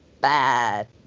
bad